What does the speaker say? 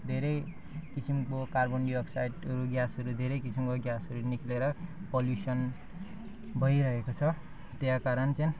धेरै किसिमको कार्बन डाइअक्साइडहरू ग्यासहरू धेरै किसिमको ग्यासहरू निस्केर पोल्युसन भइरहेको छ त्यही कारण चाहिँ